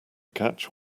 catch